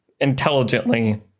intelligently